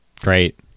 Great